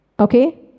Okay